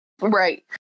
right